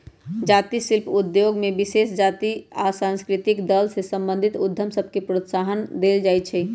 जाती शिल्प उद्योग में विशेष जातिके आ सांस्कृतिक दल से संबंधित उद्यम सभके प्रोत्साहन देल जाइ छइ